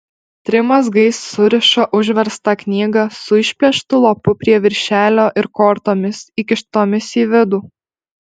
trim mazgais suriša užverstą knygą su išplėštu lapu prie viršelio ir kortomis įkištomis į vidų